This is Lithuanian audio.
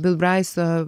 bil braiso